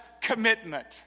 commitment